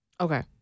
Okay